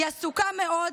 היא עסוקה מאוד,